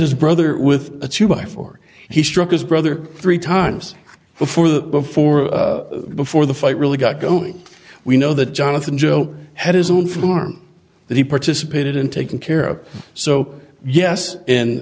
his brother with a two by four he struck his brother three times before that before before the fight really got going we know that jonathan joe had his own form that he participated in taking care of so yes in